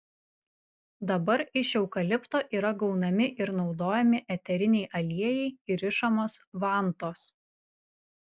dabar iš eukalipto yra gaunami ir naudojami eteriniai aliejai ir rišamos vantos